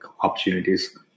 opportunities